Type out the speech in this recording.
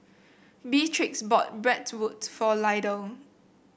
Beatrix bought Bratwurst for Lydell